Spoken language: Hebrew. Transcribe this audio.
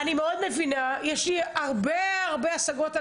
אני מאוד מבינה ויש לי הרבה השגות על